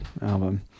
album